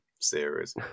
series